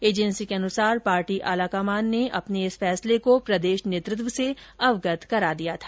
agency के अनुसार party आलाकमान ने अपने इस फैसले को प्रदेश न्रेतत्व से अवगत करा दिया है